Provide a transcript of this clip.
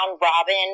robin